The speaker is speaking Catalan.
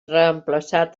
reemplaçat